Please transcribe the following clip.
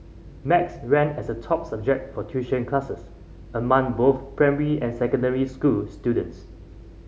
max ranked as the top subject for tuition classes among both primary and secondary school students